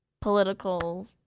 Political